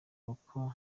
kuko